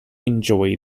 enjoy